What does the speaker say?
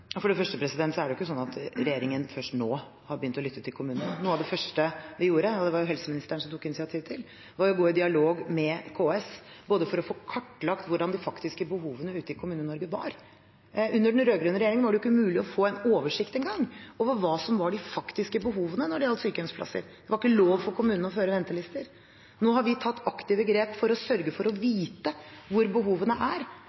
For det første er det ikke sånn at regjeringen først nå har begynt å lytte til kommunene. Noe av det første vi gjorde, og det var det helseministeren som tok initiativ til, var å gå i dialog med KS for å få kartlagt hvordan de faktiske behovene ute i Kommune-Norge var. Under den rød-grønne regjeringen var det jo ikke mulig å få en oversikt engang over hva som var de faktiske behovene når det gjaldt sykehjemsplasser. Det var ikke lov for kommunene å føre ventelister. Nå har vi tatt aktive grep for å sørge for å vite hvor behovene er,